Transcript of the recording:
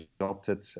adopted